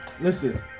listen